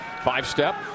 Five-step